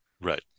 right